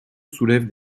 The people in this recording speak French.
soulève